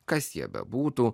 kas jie bebūtų